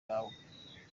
yawe